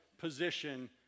position